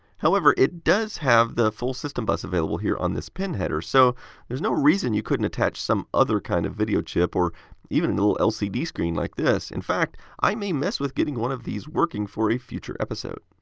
however, it does have the full system bus available here on this pin header, so there's no reason you couldn't attach some other kind of video chip, or even a little lcd screen like this. in fact, i may mess with getting one of these working for a future episode.